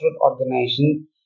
organization